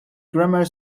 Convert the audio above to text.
grammar